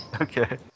Okay